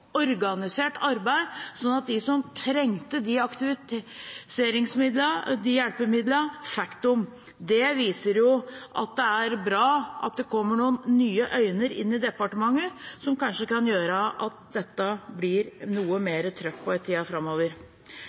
organisert arbeidet slik at de som trenger disse aktivitetshjelpemidlene, får dem. Det viser at det er bra at det kommer nye øyne inn i departementet som kanskje kan gjøre at det blir noe mer trøkk på dette i tiden framover.